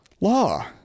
Law